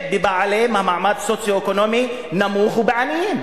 בבעלי מעמד סוציו-אקונומי נמוך ובעניים.